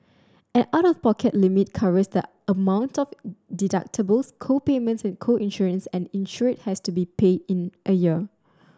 an out of pocket limit covers the amount of deductibles co payments and co insurance an insured has to be pay in a year